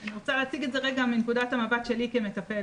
אני רוצה להציג את זה רגע מנקודת המבט שלי כמטפלת.